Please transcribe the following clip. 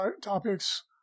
topics